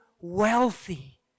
wealthy